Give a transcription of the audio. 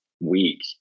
week